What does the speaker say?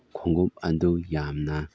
ꯈꯣꯡꯎꯞ ꯑꯗꯨ ꯌꯥꯝꯅ